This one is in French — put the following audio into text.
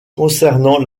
concernant